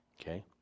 Okay